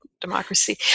democracy